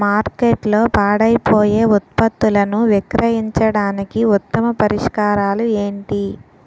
మార్కెట్లో పాడైపోయే ఉత్పత్తులను విక్రయించడానికి ఉత్తమ పరిష్కారాలు ఏంటి?